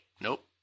Nope